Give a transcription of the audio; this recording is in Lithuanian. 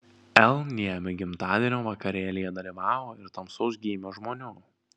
l niemi gimtadienio vakarėlyje dalyvavo ir tamsaus gymio žmonių